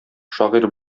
шагыйрь